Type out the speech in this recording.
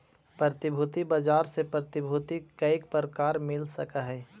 प्रतिभूति बाजार से प्रतिभूति कईक प्रकार मिल सकऽ हई?